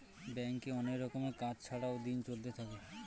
ব্যাঙ্কে অনেক রকমের কাজ ছাড়াও দিন চলতে থাকে